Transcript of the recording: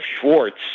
Schwartz